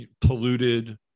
polluted